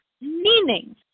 Meaning